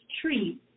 tree